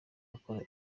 akora